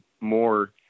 more